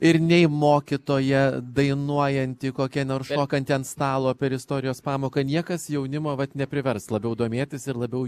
ir nei mokytoja dainuojanti kokia nors šokanti ant stalo per istorijos pamoką niekas jaunimo vat neprivers labiau domėtis ir labiau